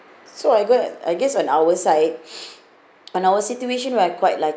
so I go I guess on our side on our situation where I quite like